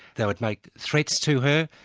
they would make threats to her.